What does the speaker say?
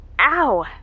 Ow